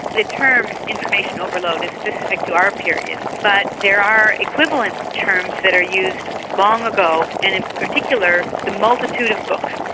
the term information overload is specific to our period, but there are equivalent terms that are used long ago, and in particular the multitude of books,